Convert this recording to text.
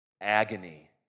agony